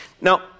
Now